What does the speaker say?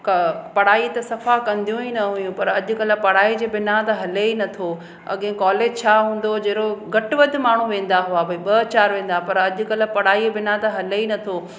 पढ़ाई त सफ़ा कंदियूं ई न हुयूं पर अॼुकल्ह पढ़ाई जे बिना त हले ही नथो अॻिए कॉलेज छा हूंदो हुओ जहिड़ो घटि वधि माण्हू वेंदा हुआ भई ॿ चारि वेंदा पर अॼुकल्ह पढ़ाई बिना त हले ही नथो